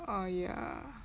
oh ya